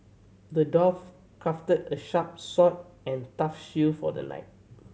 the dwarf crafted a sharp sword and tough shield for the knight